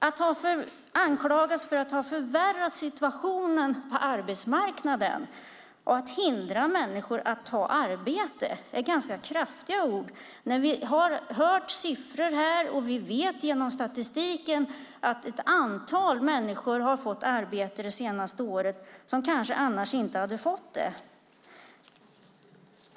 Att anklagas för att ha förvärrat situationen på arbetsmarknaden och att hindra människor att ta arbete är ganska kraftiga ord, när vi har hört siffror och vet genom statistiken att ett antal människor har fått arbete de senaste åren som kanske annars inte hade fått det.